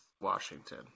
Washington